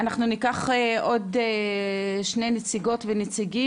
אנחנו ניקח עוד שני נציגות ונציגים